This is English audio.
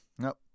Nope